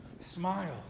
smile